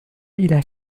إلى